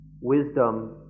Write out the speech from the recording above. wisdom